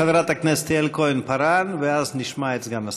חברת הכנסת יעל כהן-פארן, ואז נשמע את סגן השר.